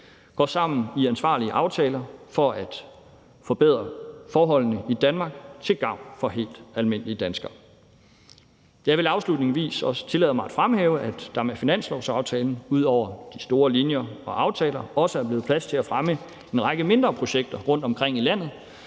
går sammen i ansvarlige aftaler for at forbedre forholdene i Danmark til gavn for helt almindelige danskere. Jeg vil afslutningsvis også tillade mig at fremhæve, at der med finanslovsaftalen ud over de store linjer og aftaler også er blevet plads til at fremme en række mindre projekter rundtomkring i landet,